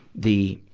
the,